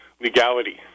legality